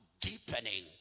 Deepening